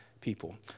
people